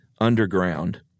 underground